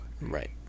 right